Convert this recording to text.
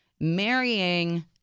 marrying